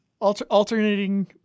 Alternating